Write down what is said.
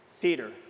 Peter